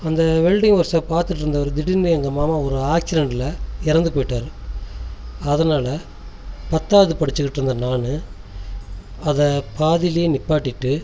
அந்த welding work shop பார்த்துட்டு இருந்தவர் திடிருன்னு எங்கள் மாமா ஒரு ஆக்சிடென்ட்டில் இறந்து போயிட்டாரு அதனால பத்தாவது படிச்சிக்கிட்டு இருந்த நானு அதை பாதியில் நிற்பாட்டிட்டு